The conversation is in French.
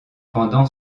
pendant